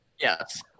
Yes